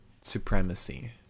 supremacy